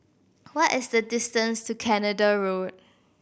what is the distance to Canada Road